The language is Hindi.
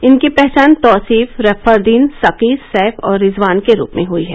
इनकी पहचान तौसीफ फरदीन सकी सैफ और रिजवान के रूप में हुई है